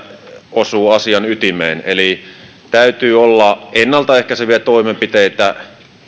osuu asian ytimeen eli täytyy olla ennaltaehkäiseviä toimenpiteitä